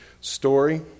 story